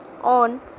on